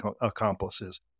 accomplices